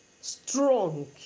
strong